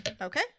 Okay